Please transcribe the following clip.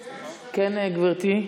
כן, גברתי?